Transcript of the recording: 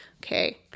okay